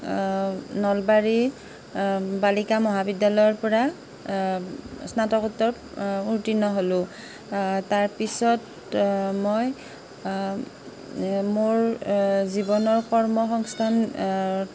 নলবাৰী বালিকা মহাবিদ্যালয়ৰ পৰা স্নাতকোত্তৰ উত্তীৰ্ণ হ'লোঁ তাৰপিছত মই মোৰ জীৱনৰ কৰ্মসংস্থাপনৰ